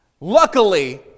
Luckily